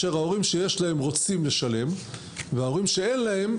ההורים שיש להם רוצים לשלם וההורים שאין להם,